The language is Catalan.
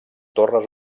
torres